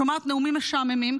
שומעת נאומים משעממים,